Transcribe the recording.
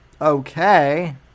okay